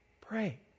pray